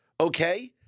okay